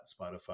Spotify